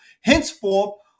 Henceforth